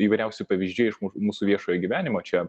įvairiausi pavyzdžiai iš mūsų viešojo gyvenimo čia